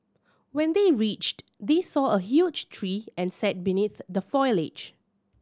when they reached they saw a huge tree and sat beneath the foliage